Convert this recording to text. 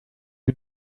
you